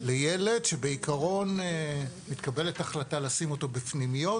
לילד שבעיקרון מתקבלת החלטה לשים אותו בפנימיות,